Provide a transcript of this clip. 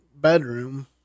bedroom